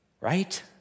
Right